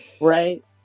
right